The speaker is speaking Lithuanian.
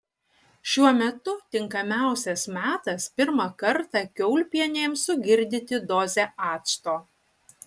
šiuo metu tinkamiausias metas pirmą kartą kiaulpienėms sugirdyti dozę acto